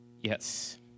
Yes